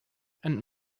and